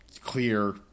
clear